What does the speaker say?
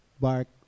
bark